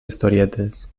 historietes